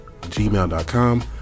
gmail.com